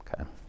Okay